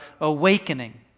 Awakening